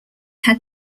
had